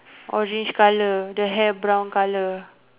orange colour the hair brown colour